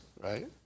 right